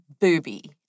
booby